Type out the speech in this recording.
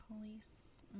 police